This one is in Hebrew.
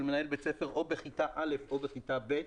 מנהל בית ספר או בכיתה א' או בכיתה ב'.